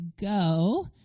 go